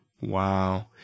Wow